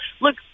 look